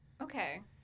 Okay